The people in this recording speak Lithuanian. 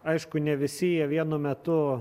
aišku ne visi jie vienu metu